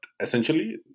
essentially